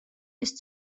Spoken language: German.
ist